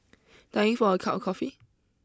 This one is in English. dying for a cup of coffee